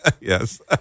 yes